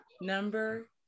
number